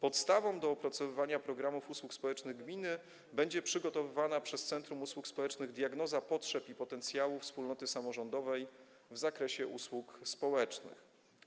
Podstawą do opracowywania usług społecznych gminy będzie przygotowywana przez centrum usług społecznych diagnoza potrzeb i potencjału wspólnoty samorządowej w zakresie usług społecznych.